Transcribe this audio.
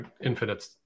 infinite